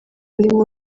birimo